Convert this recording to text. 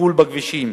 בטיפול בכבישים.